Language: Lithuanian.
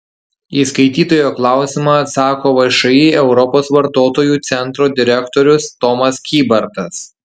į skaitytojo klausimą atsako všį europos vartotojų centro direktorius tomas kybartas